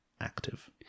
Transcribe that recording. active